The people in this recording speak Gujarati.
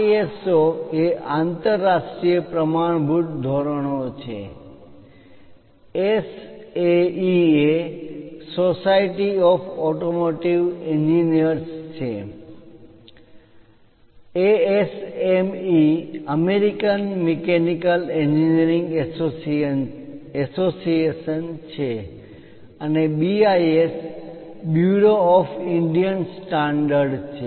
આઇએસઓ એ આંતરરાષ્ટ્રીય પ્રમાણભૂત ધોરણો છે એસએઈ એ સોસાયટી ઓફ ઓટોમોટિવ એન્જિનિયર્સ છે ASME American mechanical engineering association છે અને BIS bureau of Indian standard છે